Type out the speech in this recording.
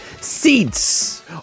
seats